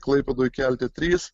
klaipėdoj kelte trys